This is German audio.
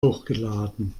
hochgeladen